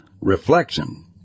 reflection